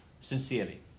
sincerely